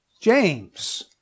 James